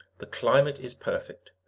the climate is perfect.